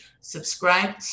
subscribe